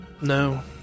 No